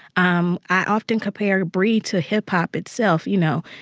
um i often compare bri to hip-hop itself, you know.